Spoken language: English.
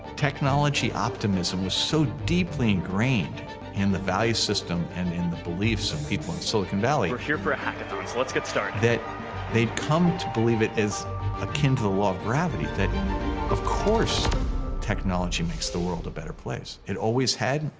technology optimism was so deeply ingrained in the value system and in the beliefs of people in silicon valley. we're here for a hackathon, so let's get started. that they'd come to believe it is akin to the law of gravity, that of course technology makes the world a better place. it always had,